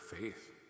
faith